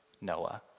Noah